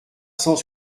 cent